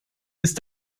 ist